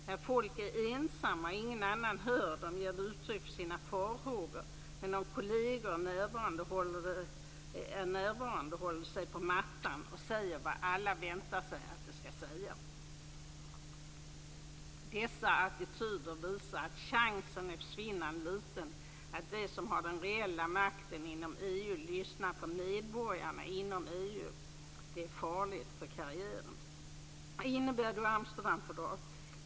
När folk är ensamma och ingen annan hör dem ger de uttryck för sina farhågor men om kolleger är närvarande håller de sig på mattan och säger vad alla väntar sig att de skall säga. Dessa attityder visar att chansen är försvinnande liten att de som har den reella makten inom EU lyssnar på medborgarna inom EU. Det är farligt för karriären. Vad innebär då Amsterdamfördraget?